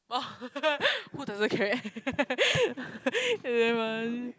!wah! who doesn't carry that it's damn funny